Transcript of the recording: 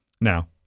Now